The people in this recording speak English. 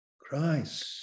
Christ